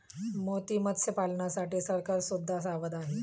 मोती मत्स्यपालनासाठी सरकार सुद्धा सावध आहे